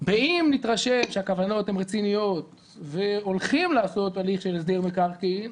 שאם נתרשם שהכוונות הן רציניות והולכים לעשות הליך של הסדר מקרקעין,